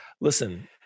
Listen